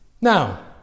Now